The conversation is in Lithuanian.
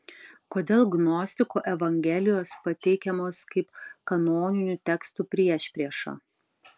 kodėl gnostikų evangelijos pateikiamos kaip kanoninių tekstų priešprieša